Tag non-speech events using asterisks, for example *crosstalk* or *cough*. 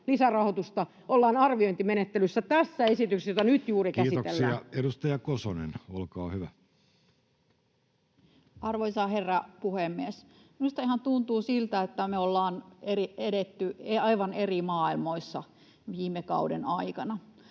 lisärahoitusta ollaan arviointimenettelyssä tässä esityksessä, *noise* jota nyt juuri käsitellään. Kiitoksia. — Edustaja Kosonen, olkaa hyvä. Arvoisa herra puhemies! Minusta ihan tuntuu siltä, että me ollaan eletty aivan eri maailmoissa viime kauden aikana.